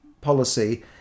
policy